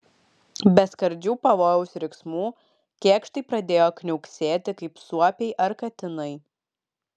be skardžių pavojaus riksmų kėkštai pradėjo kniauksėti kaip suopiai ar katinai